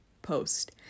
Post